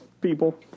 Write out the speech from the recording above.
people